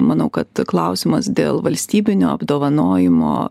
manau kad klausimas dėl valstybinio apdovanojimo